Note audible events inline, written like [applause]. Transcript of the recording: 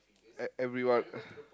e~ everyone [breath]